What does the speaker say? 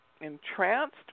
entranced